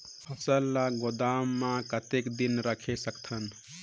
फसल ला गोदाम मां कतेक दिन रखे सकथन?